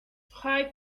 frei